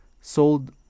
sold